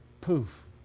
poof